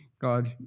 God